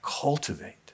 cultivate